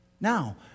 Now